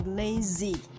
lazy